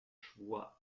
schwur